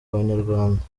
abanyarwanda